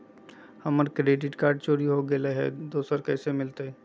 हमर credit card चोरी हो गेलय हई, दुसर कैसे मिलतई?